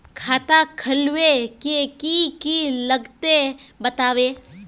खाता खोलवे के की की लगते बतावे?